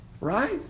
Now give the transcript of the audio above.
Right